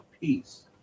peace